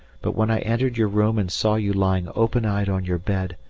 but when i entered your room and saw you lying open-eyed on your bed,